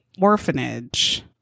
orphanage